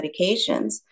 medications